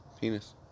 Penis